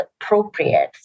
appropriate